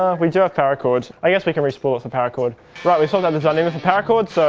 ah we do have power cords, i guess we can re-spool some power cord right we still know there's unlimited power cords so,